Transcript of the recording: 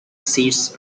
seats